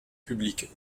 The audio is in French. publique